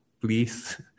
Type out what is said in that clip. please